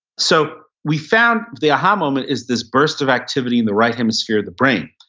so we found the aha moment is this burst of activity in the right hemisphere of the brain.